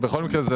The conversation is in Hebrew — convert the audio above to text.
בכל מקרה,